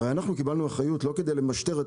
הרי אנחנו קיבלנו אחריות לא כדי למשטר את